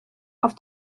auf